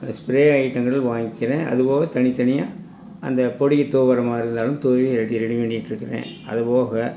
spray ஐட்டங்கள் வாங்கிக்கிறேன் அது போக தனித்தனியாக அந்த பொடிங்க தூவுகிற மாதிரி இருந்தாலும் தூவி ரெடி ரெடி பண்ணிக்கிட்டிருக்குறேன் அது போக